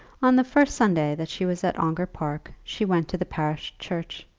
on the first sunday that she was at ongar park she went to the parish church.